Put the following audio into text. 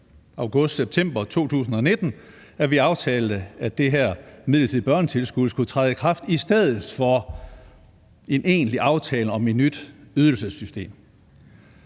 august-september 2019, at vi aftalte, at det her midlertidige børnetilskud skulle træde i stedet for en egentlig aftale om et nyt ydelsessystem.